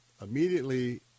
immediately